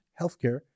Healthcare